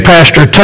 Pastor